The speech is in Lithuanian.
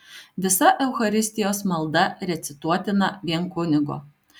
visa eucharistijos malda recituotina vien kunigo